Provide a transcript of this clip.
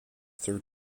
through